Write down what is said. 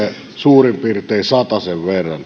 suurin piirtein satasen verran